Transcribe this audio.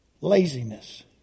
Laziness